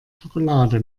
schokolade